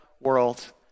world